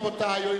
רבותי,